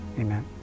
Amen